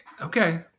Okay